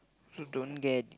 I also don't get it